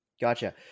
Gotcha